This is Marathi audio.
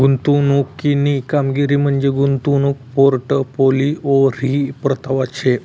गुंतवणूकनी कामगिरी म्हंजी गुंतवणूक पोर्टफोलिओवरी परतावा शे